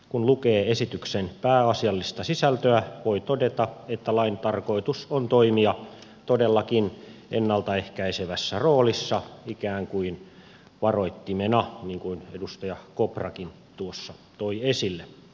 kun lukee esityksen pääasiallista sisältöä voi todeta että lain tarkoitus on toimia todellakin ennalta ehkäisevässä roolissa ikään kuin varoittimena niin kuin edustaja koprakin tuossa toi esille